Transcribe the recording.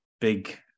big